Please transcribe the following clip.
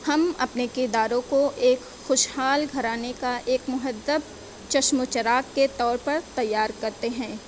ہم اپنے کرداروں کو ایک خوشحال گھرانے کا ایک مہدب چشم و چراغ کے طور پر تیار کرتے ہیں